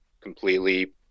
completely